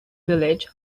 village